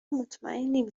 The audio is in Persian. مطمئنیم